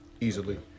Easily